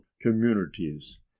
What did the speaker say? communities